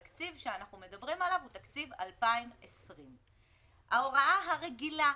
התקציב שאנחנו מדברים עליו הוא תקציב 2020. ההוראה הרגילה,